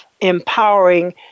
empowering